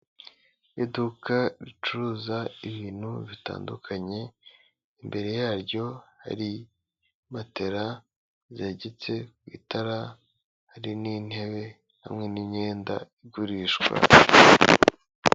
Iduka ricuruza ibintu bitandukanye, imbere yaryo hari matela yzegetsetse ku itara, hari n'intebe hamwe n'imyenda igurishwa.